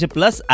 Plus